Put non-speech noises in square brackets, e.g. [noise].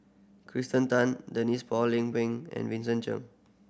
Kirsten Tan Denise Phua Lay [unintelligible] and Vincent [unintelligible]